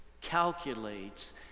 calculates